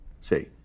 see